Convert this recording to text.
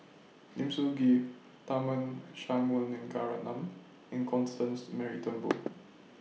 Lim Sun Gee Tharman Shanmugaratnam and Constance Mary Turnbull